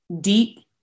deep